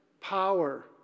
power